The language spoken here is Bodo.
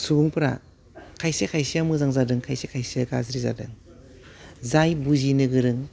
सुबुंफ्रा खायसे खायसेया मोजां जादों खायसे खायसेया गाज्रि जादों जाय बुजिनो गोरों